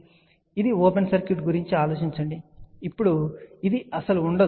కాబట్టి ఇది open circuit గురించి ఆలోచించండి ఇప్పుడు ఇది అసలు ఉండదు